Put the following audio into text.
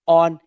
on